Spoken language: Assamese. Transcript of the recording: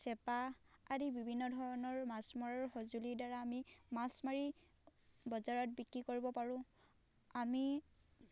চেপা আদি বিভিন্ন ধৰণৰ মাছ মৰাৰ সঁজুলিৰ দ্ৱাৰা আমি মাছ মাৰি বজাৰত বিক্ৰী কৰিব পাৰোঁ আমি